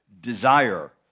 desire